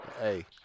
Hey